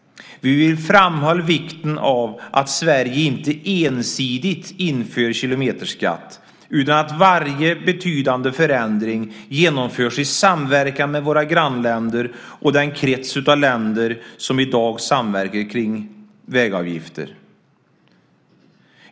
Vi vill framhålla vikten av att Sverige inte ensidigt inför en kilometerskatt utan att varje betydande förändring genomförs i samverkan med våra grannländer och den krets av länder som i dag samverkar kring vägavgifter.